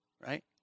right